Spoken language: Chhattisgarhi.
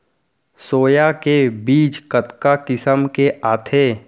सोया के बीज कतका किसम के आथे?